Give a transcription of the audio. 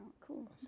cool